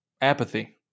apathy